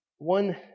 One